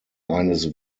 eines